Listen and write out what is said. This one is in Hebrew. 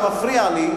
שמפריע לי,